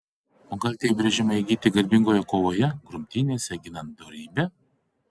o gal tie įbrėžimai įgyti garbingoje kovoje grumtynėse ginant dorybę